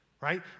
right